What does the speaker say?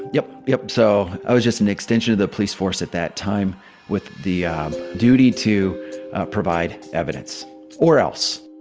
yep yep so i was just an extension of the police force at that time with the duty to provide evidence or else